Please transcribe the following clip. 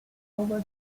over